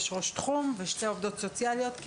יש ראש תחום ושתי עובדות סוציאליות,